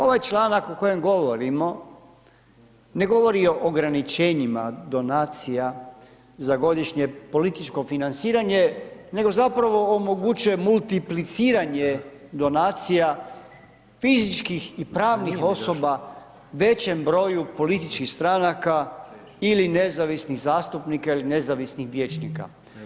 Ovaj članak o kojem govorimo ne govori o ograničenja donacija za godišnje političko financiranje nego zapravo omogućuje multipliciranje donacija fizičkih i pravnih osoba većem broju političkih stranaka ili nezavisnih zastupnika ili nezavisnih vijećnika.